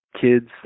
kids